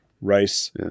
rice